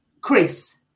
Chris